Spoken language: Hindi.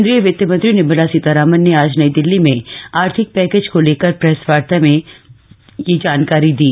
केंद्रीय वित मंत्री निर्मला सीतारामन ने आज नई दिल्ली में आर्थिक पैकेज को लेकर प्रेस वार्ता में यह जानकारी दी